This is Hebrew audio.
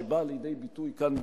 שבאה לידי ביטוי כאן,